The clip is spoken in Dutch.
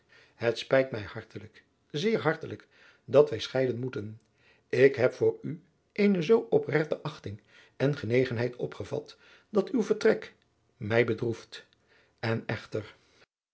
het spijt mij hartelijk zeer hartelijk dat wij scheiden moeten ik heb voor u eene zoo opregte achting en genegenheid opgevat dat uw vertrek mij bedroeft en echter